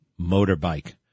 Motorbike